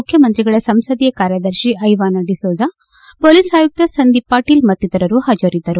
ಮುಖ್ಯಮಂತ್ರಿಗಳ ಸಂಸದೀಯ ಕಾರ್ಯದರ್ತಿ ಐವಾನ್ ಡಿಸೋಜಾ ಪೊಲೀಸ್ ಆಯುಕ್ತ ಸಂದೀಪ್ ಪಾಟೀಲ್ ಮತ್ತಿತರರು ಹಾಜರಿದ್ದರು